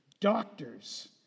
doctors